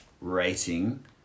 rating